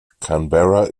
canberra